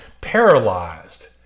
paralyzed